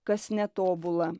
kas netobula